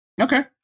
Okay